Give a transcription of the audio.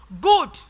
good